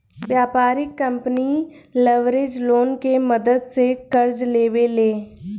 व्यापारिक company leverage loan के मदद से कर्जा लेवे ले